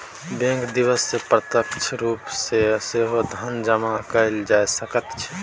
bank दिससँ प्रत्यक्ष रूप सँ सेहो धन जमा कएल जा सकैत छै